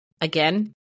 again